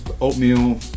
oatmeal